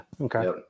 Okay